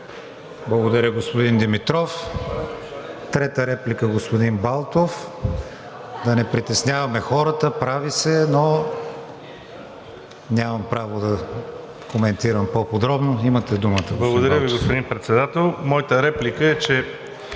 Благодаря, господин Председател. Моята реплика е, че,